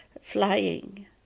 flying